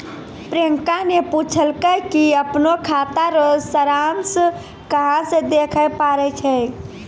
प्रियंका ने पूछलकै कि अपनो खाता रो सारांश कहां से देखै पारै छै